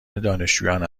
دانشجویان